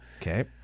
Okay